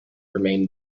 remain